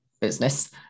business